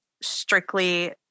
strictly